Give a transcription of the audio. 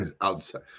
Outside